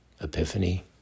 Epiphany